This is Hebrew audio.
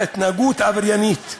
בהתנהגות עבריינית,